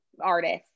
artists